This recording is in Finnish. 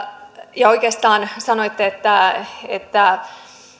oikeastaan sanoitte että että